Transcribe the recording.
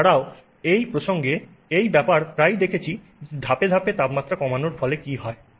এছাড়াও এই প্রসঙ্গে এই ব্যাপারে প্রায়ই দেখছি যে ধাপে ধাপে তাপমাত্রা কমানোর ফলে কি হয়